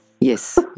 Yes